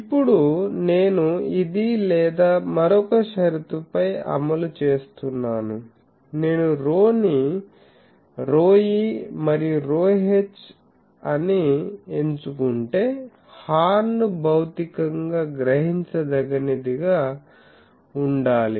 ఇప్పుడు నేను ఇది లేదా మరొక షరతుపై అమలు చేస్తున్నాను నేను ρ ని ρe మరియు ρh అని ఎంచుకుంటే హార్న్ భౌతికంగా గ్రహించదగినదిగా ఉండాలి